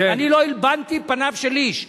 אני לא הלבנתי פניו של איש.